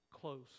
close